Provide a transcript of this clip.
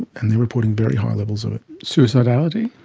and they are reporting very high levels of it. suicidality?